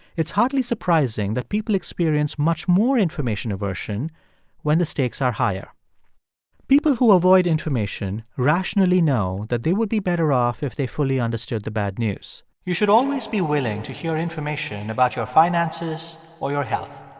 it's hardly surprising that people experience much more information aversion when the stakes are higher people who avoid information rationally know that they would be better off if they fully understood the bad news. you should always be willing to hear information about your finances or your health.